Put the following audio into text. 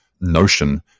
notion